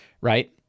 right